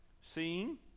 Seeing